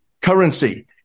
currency